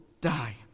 die